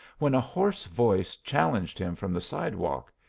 when a hoarse voice challenged him from the sidewalk.